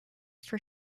for